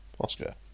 Oscar